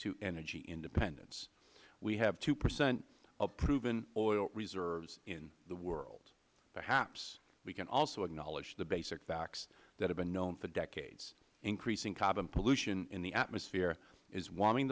to energy independence we have two percent of proven oil reserves in the world perhaps we can also acknowledge the basic facts that have been known for decades increasing carbon pollution in the atmosphere is warming